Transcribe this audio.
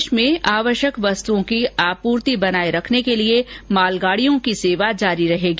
देश में आवश्यक वस्तुओं की आपूर्ति बनाए रखने के लिए मालगाडियों की सेवा जारी रहेगी